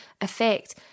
effect